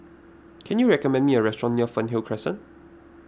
can you recommend me a restaurant near Fernhill Crescent